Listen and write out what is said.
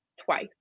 twice